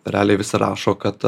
realiai vis rašo kad